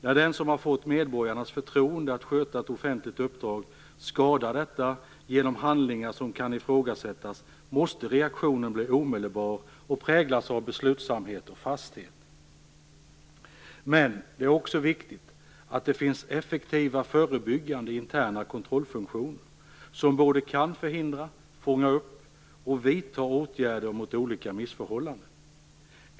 När den som har fått medborgarnas förtroende att sköta ett offentligt uppdrag skadar detta genom handlingar som kan ifrågasättas måste reaktionen bli omedelbar och präglas av beslutsamhet och fasthet. Men det är också viktigt att det finns effektiva förebyggande interna kontrollfunktioner som kan förhindra, fånga upp och vidta åtgärder mot olika missförhållanden.